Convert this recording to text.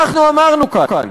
אנחנו אמרנו כאן,